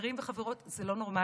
חברים וחברות, זה לא נורמלי.